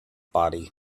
body